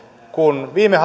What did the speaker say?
kun viime